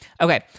okay